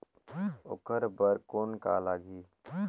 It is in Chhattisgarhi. ओकर बर कौन का लगी?